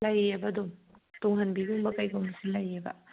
ꯂꯩꯌꯦꯕ ꯑꯗꯨꯝ ꯇꯨꯡꯍꯟꯕꯤꯒꯨꯝꯕ ꯀꯔꯤꯒꯨꯝꯕꯁꯨ ꯂꯩꯌꯦꯕ